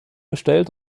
gestellt